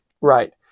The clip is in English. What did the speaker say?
right